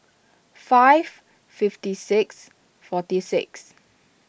five fifty six forty six